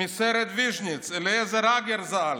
מסרט ויז'ניץ, אליעזר הגר ז"ל,